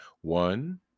One